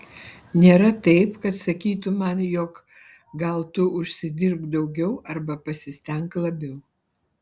nėra taip kad sakytų man jog gal tu užsidirbk daugiau arba pasistenk labiau